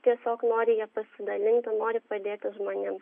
tiesiog nori ja pasidalinti nori padėti žmonėms